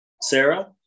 Sarah